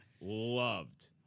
loved